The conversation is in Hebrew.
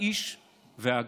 האיש והאגדה.